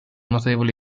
notevole